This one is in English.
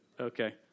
Okay